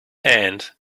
and